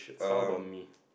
it's all about me